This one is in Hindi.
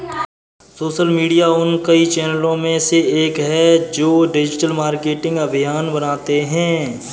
सोशल मीडिया उन कई चैनलों में से एक है जो डिजिटल मार्केटिंग अभियान बनाते हैं